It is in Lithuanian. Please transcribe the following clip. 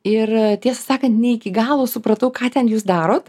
ir tiesą sakant ne iki galo supratau ką ten jūs darot